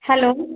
hello